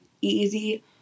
easy